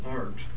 art